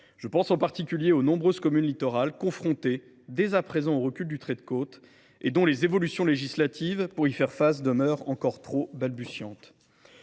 Je pense en particulier aux nombreuses communes littorales qui sont confrontées dès à présent au recul du trait de côte : les évolutions législatives vouées à y parer demeurent par trop balbutiantes.